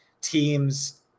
teams